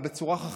אבל בצורה חכמה.